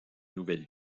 nouvelle